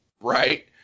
Right